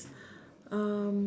um